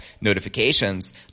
notifications